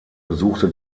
besuchte